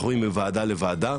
אנחנו עוברים מוועדה לוועדה.